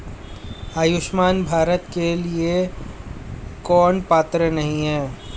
आयुष्मान भारत के लिए कौन पात्र नहीं है?